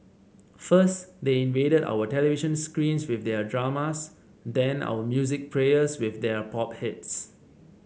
first they invaded our television screens with their dramas then our music players with their pop hits